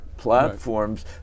platforms